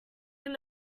like